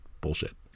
bullshit